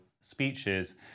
speeches